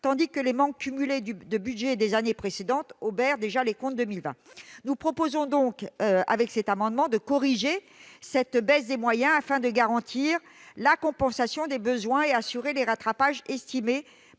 tandis que les manques cumulés de budget des années précédentes obèrent déjà les comptes 2020. Nous proposons donc par le biais de cet amendement de corriger cette baisse des moyens, afin de garantir la compensation des besoins et d'assurer les rattrapages, estimés